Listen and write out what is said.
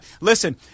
Listen